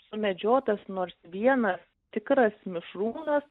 sumedžiotas nors vienas tikras mišrūnas